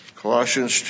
Colossians